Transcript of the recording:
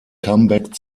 comeback